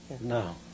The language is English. No